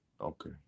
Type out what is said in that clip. Okay